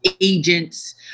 agents